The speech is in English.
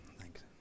Thanks